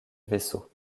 vaisseau